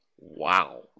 Wow